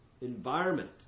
environment